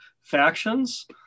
factions